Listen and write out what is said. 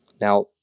Now